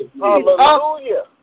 Hallelujah